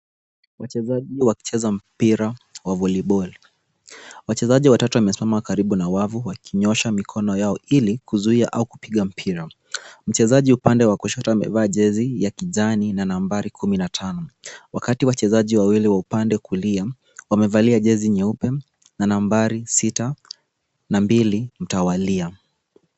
Wachezaji wakicheza mpira wa volleyball . Wachezaji watatu wamesimama karibu na wavu wakinyosha mikono yao ili kuzuia au kupiga mpira. Mchezaji upande wa kushoto amevaa jezi ya kijani na nambari 15 wakati wachezaji wawili wa upande kulia wamevalia jezi nyeupe na nambari 6 na 2 mtawalia.